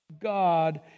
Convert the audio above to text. God